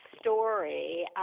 story